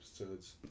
episodes